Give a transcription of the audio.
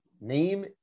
name